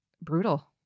brutal